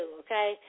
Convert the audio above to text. okay